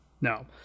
No